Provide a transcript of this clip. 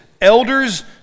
Elders